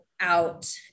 out